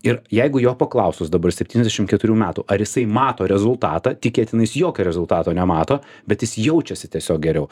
ir jeigu jo paklausus dabar septyniasdešim keturių metų ar jisai mato rezultatą tikėtina jis jokio rezultato nemato bet jis jaučiasi tiesiog geriau